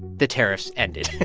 the tariffs ended